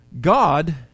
God